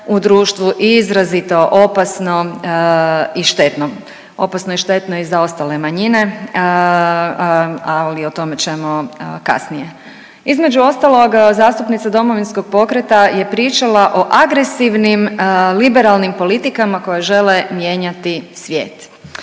u društvu izraziti opasno i štetno. Opasno i štetno i za ostale manjine, ali o tome ćemo kasnije. Između ostalog zastupnica DP-a je pričala o agresivnim liberalnim politikama koje žele mijenjati svijet,